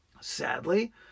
Sadly